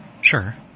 sure